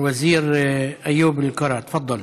אל-וזיר איוב קרא, תפדל.